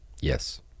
yes